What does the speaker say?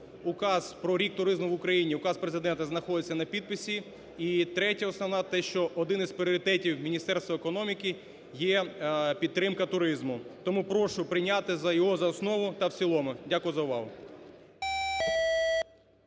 Указ про рік туризму в Україні, указ Президента знаходиться на підписі. І третє, основне. Те, що один із пріоритетів Міністерства економіки є підтримка туризму. Тому прошу прийняти його за основу та в цілому. Дякую за увагу.